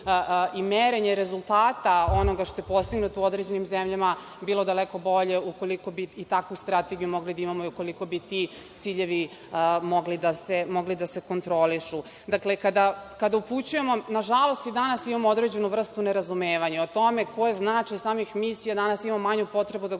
i merenje rezultata onoga što je postignuto u određenim zemljama, bilo da daleko bolje ukoliko bi i takvu strategiju mogli da imamo i ukoliko bi ti ciljevi mogli da se kontrolišu. Dakle, kada upućujemo, nažalost, i danas imamo određenu vrstu nerazumevanja o tome koji je značaj samih misija, ali danas imamo manju potrebu da govorimo